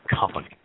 company